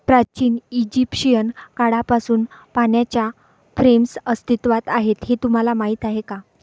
प्राचीन इजिप्शियन काळापासून पाण्याच्या फ्रेम्स अस्तित्वात आहेत हे तुम्हाला माहीत आहे का?